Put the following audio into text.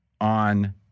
on